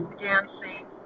dancing